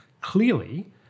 clearly